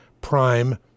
Prime